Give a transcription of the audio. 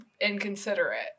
inconsiderate